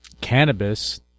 cannabis